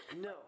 No